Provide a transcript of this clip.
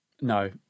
No